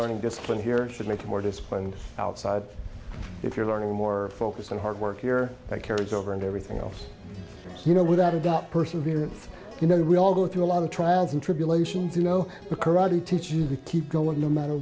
learning discipline here to make it more disciplined outside if you're learning more focused on hard work here that carries over into everything else you know without a doubt perseverance you know we all go through a lot of trials and tribulations you know karate teach you to keep going no matter